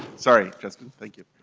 sorry, justin. thank you.